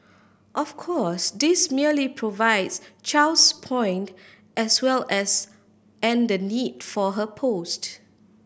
of course this merely Chow's point as well as and the need for her post